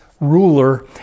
ruler